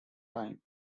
time